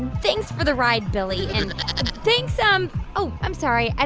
thanks for the ride, billy and thanks um oh, i'm sorry. and